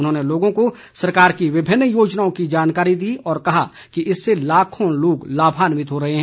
उन्होंने लोगों को सरकार की विभिन्न योजनाओं की जानकारी दी और इससे लाखों लोग लाभान्वित हो रहे हैं